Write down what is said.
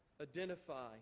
identify